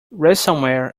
ransomware